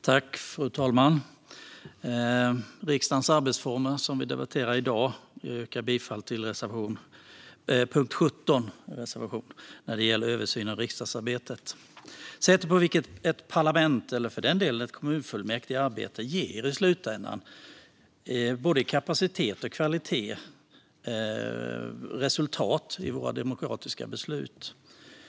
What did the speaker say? Fru talman! Vi debatterar i dag riksdagens arbetsformer, och jag yrkar bifall till reservation 8 under punkt 17 om översyn av riksdagsarbetet. Sättet på vilket ett parlament, eller för den delen ett kommunfullmäktige, arbetar ger i slutändan, både i kapacitet och kvalitet, resultat i våra demokratiska beslut.